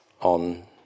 on